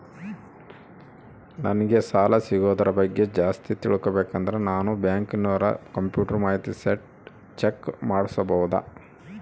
ನಂಗೆ ಸಾಲ ಸಿಗೋದರ ಬಗ್ಗೆ ಜಾಸ್ತಿ ತಿಳಕೋಬೇಕಂದ್ರ ನಾನು ಬ್ಯಾಂಕಿನೋರ ಕಂಪ್ಯೂಟರ್ ಮಾಹಿತಿ ಶೇಟ್ ಚೆಕ್ ಮಾಡಬಹುದಾ?